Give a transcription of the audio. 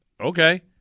okay